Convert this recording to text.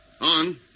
On